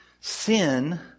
Sin